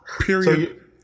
Period